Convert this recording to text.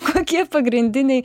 kokie pagrindiniai